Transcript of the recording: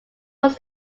was